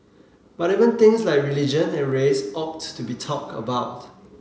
but even things like religion and race ought to be talked about